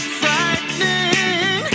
frightening